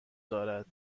دارد